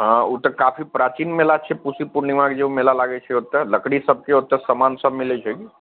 हँ ओ तऽ काफी प्राचीन मेला छै पूसी पूर्णिमाके जे ओ मेला लागै छै ओतए लकड़ी सबके ओतए समान सब मिलै छै कि